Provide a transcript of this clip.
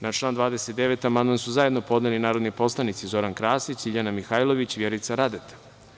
Na član 29. amandman su zajedno podneli narodni poslanici Zoran Krasić, LJiljana Mihajlović i Vjerica Radeta.